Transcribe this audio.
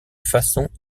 façon